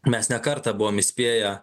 mes ne kartą buvom įspėję